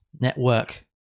network